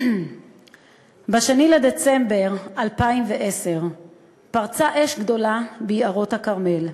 ב-2 בדצמבר 2010 פרצה אש גדולה ביערות הכרמל.